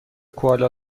کوالا